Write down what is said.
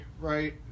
Right